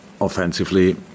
offensively